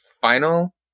final